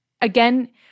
again